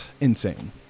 insane